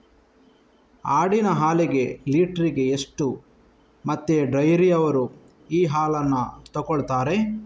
ಆಡಿನ ಹಾಲಿಗೆ ಲೀಟ್ರಿಗೆ ಎಷ್ಟು ಮತ್ತೆ ಡೈರಿಯವ್ರರು ಈ ಹಾಲನ್ನ ತೆಕೊಳ್ತಾರೆ?